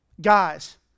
Guys